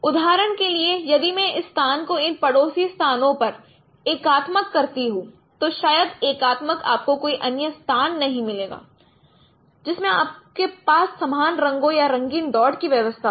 उदाहरण के लिए यदि मैं इस स्थान को इन पड़ोसी स्थानों पर एकात्मक करता हूं तो शायद एकात्मक आपको कोई अन्य स्थान नहीं मिलेगा जिसमें आपके पास समान रंगों या रंगीन डॉट की व्यवस्था हो